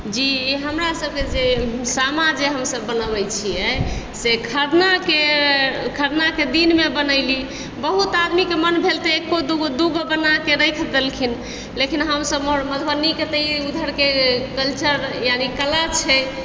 जी हमरा सबके जे सामा जे हम सब बनबय छियै से खरनाके खरनाके दिनमे बनैली बहुत आदमीके मन भेल तऽ एक्को दूगो दूगो बनाके राखि देलखिन लेकिन हमसब मधुबनीके तऽ ई उधरके कल्चर यानि कला छै